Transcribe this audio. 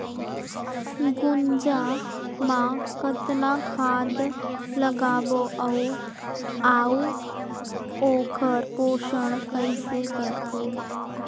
गुनजा मा कतना खाद लगाबो अउ आऊ ओकर पोषण कइसे करबो?